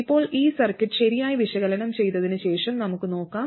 ഇപ്പോൾ ഈ സർക്യൂട്ട് ശരിയായി വിശകലനം ചെയ്തതിനുശേഷം നമുക്ക് നോക്കാം